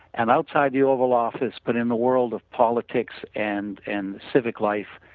and outside the oval office but in the world of politics and and civic life